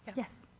yes?